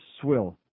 swill